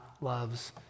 loves